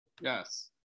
Yes